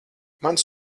mans